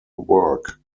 work